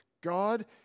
God